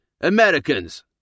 Americans